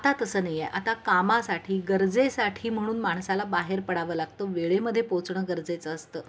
आता तसं नाईये आता कामासाठी गरजेसाठी म्हणून माणसाला बाहेर पडावं लागतं वेळेमे पोचणं गरजेचं असतं